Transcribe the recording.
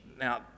Now